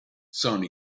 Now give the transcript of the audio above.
sono